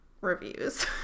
reviews